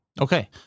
Okay